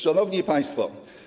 Szanowni Państwo!